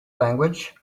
language